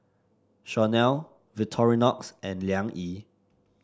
Chomel Victorinox and Liang Yi